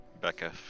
becca